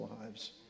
lives